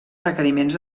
requeriments